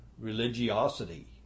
religiosity